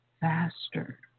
faster